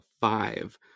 five